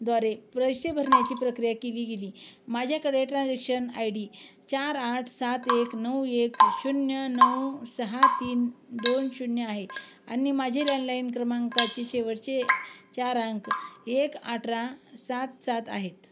द्वारे पैसे भरण्याची प्रक्रिया केली गेली माझ्याकडे ट्रान्जॅक्शन आय डी चार आठ सात एक नऊ एक शून्य नऊ सहा तीन दोन शून्य आहे आणि माझे लँडलाइन क्रमांकाचे शेवटचे चार अंक एक अठरा सात सात आहेत